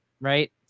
right